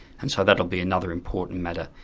and so that will be another important matter.